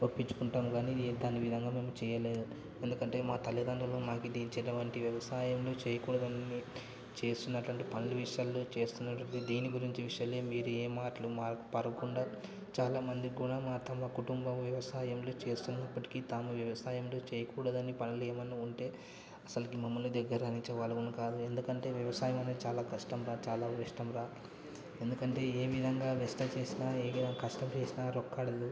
ఒప్పించుకుంటాం కానీ దాని విధంగా మేము చేయలేం ఎందుకంటే మా తల్లిదండ్రులు మాకు ఇచ్చేటువంటి వ్యవసాయంను చేయకూడదని చేస్తునటువంటి పనుల విషయంలో చేస్తునటువంటి దేని గురించి విషయంలో మీరు ఏం మాటలు పడకుండా చాలామంది కూడా తమ కుటుంబ వ్యవసాయంలో చేస్తున్నప్పటికి తాము వ్యవసాయంలో చేయకూడదని పనులు ఏమన్నా ఉంటే అసల్కి మమ్మల్ని దగ్గర రానిచ్చేవారు కూడా కాదు ఎందుకంటే వ్యవసాయమనేది చాలా కష్టంరా చాలా ఇష్టంరా ఎందుకంటే ఏ విధంగా వేస్ట చేసిన ఏ విధంగా కష్ట చేసిన రొక్కాడదు